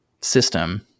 system